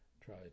try